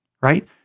right